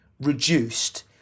reduced